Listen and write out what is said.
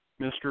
Mr